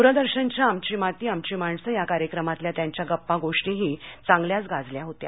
दूरदर्शनच्या आमची माती आमची माणसं या कार्यक्रमातल्या त्यांच्या गप्पा गोष्टी ही चांगल्याच गाजल्या होत्या